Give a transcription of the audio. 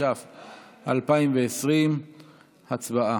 התש"ף 2020. הצבעה.